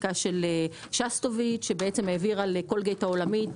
ראינו ששסטוביץ' העבירה לקולגייט העולמית